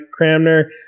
Cramner